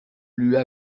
lui